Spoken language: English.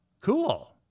Cool